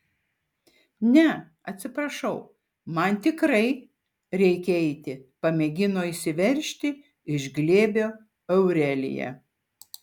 ne atsiprašau man tikrai reikia eiti pamėgino išsiveržti iš glėbio aurelija